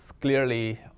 clearly